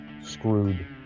screwed